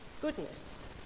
goodness